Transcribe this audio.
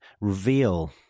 Reveal